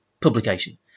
publication